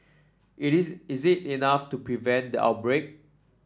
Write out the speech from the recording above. it is is it enough to prevent the outbreak